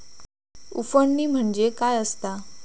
उफणणी म्हणजे काय असतां?